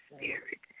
Spirit